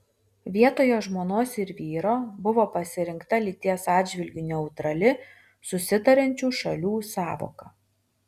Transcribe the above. vietoje žmonos ir vyro buvo pasirinkta lyties atžvilgiu neutrali susitariančių šalių sąvoka